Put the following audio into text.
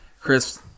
chris